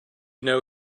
know